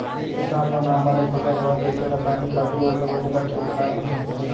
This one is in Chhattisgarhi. किसान मन ह बने फसल होवय कइके रसायनिक खातू अउ दवइ ल खेत खार म छींचथे